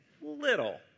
little